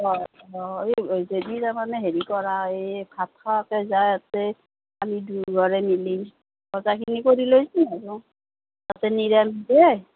অঁ অঁ এই যদি তাৰমানে হেৰি কৰা এই ভাত খোৱাকে যা এতে আমি দুইঘৰে মিলি বজাৰখিনি কৰি লৈ যাম আৰু তাতে নিৰামিষ হে